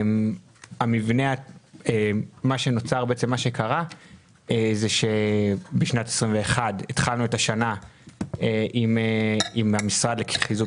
מה שקרה זה שבשנת 2021 התחלנו את השנה עם המשרד לחיזוק